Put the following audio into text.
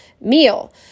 meal